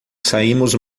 saímos